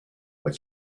what